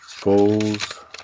goals